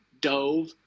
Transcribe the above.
dove